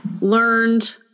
learned